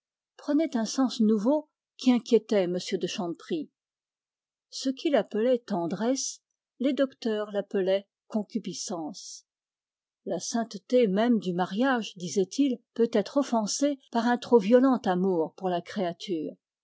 prenaient un sens nouveau qui inquiétait m de chanteprie ce qu'il appelait tendresse les docteurs l'appelaient concupiscence la sainteté même du mariage disaient-ils peut être offensée par un trop violent amour pour la créature